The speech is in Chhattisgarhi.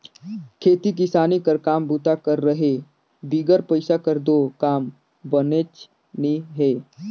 खेती किसानी कर काम बूता कर रहें बिगर पइसा कर दो काम बननेच नी हे